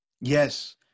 Yes